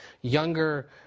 younger